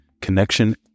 connection